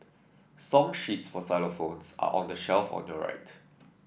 song sheets for xylophones are on the shelf on your right